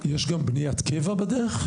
יש גם בניית קבע בדרך?